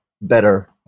better